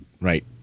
Right